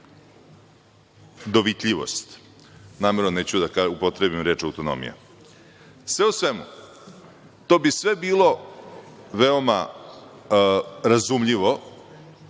dovitljivost. Namerno neću da upotrebi reč autonomija. Sve u svemu, to bi sve bilo veoma razumljivo